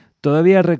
todavía